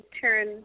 turn